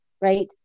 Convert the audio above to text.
right